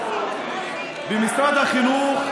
במשרד החינוך,